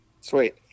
sweet